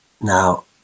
now